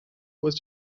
was